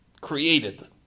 Created